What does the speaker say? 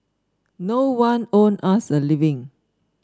no one owed us a living